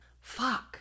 Fuck